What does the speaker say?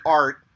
art